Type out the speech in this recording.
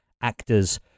actors